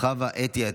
חוה אתי עטייה.